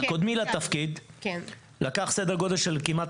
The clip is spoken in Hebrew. קראנו לתכנית